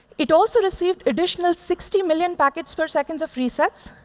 it also received additional sixty million packets per seconds of resets.